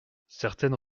certaines